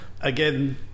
Again